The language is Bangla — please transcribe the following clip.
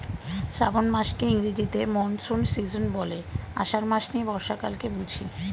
শ্রাবন মাসকে ইংরেজিতে মনসুন সীজন বলে, আষাঢ় মাস নিয়ে বর্ষাকালকে বুঝি